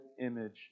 image